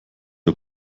wir